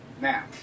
Now